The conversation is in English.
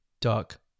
duck